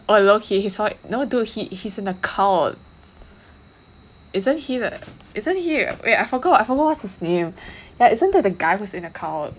oh I love him he's qu~ no dude he he is in a cult isn't he the isn't he the wait I forgot I forgot his name yeah isn't that the guy who is in a cult